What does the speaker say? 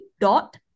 dot